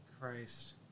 Christ